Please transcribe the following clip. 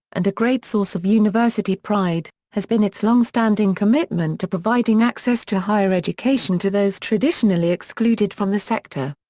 and a great source of university pride, has been its long-standing commitment to providing access to higher education to those traditionally excluded from the sector.